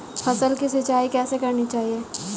फसल की सिंचाई कैसे करनी चाहिए?